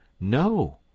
No